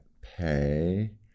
pay